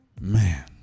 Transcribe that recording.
man